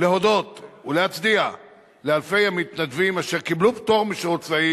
להודות ולהצדיע לאלפי המתנדבים אשר קיבלו פטור משירות צבאי